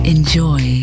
Enjoy